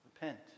Repent